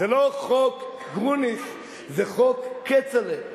זה לא חוק גרוניס, זה חוק כצל'ה.